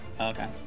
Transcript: Okay